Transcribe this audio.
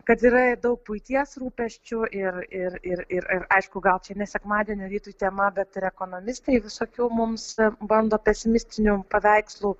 kad yra ir daug buities rūpesčių ir ir ir ir ir aišku gal čia ne sekmadienio rytui tema bet ir ekonomistai visokių mums bando pesimistinių paveikslų